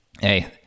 hey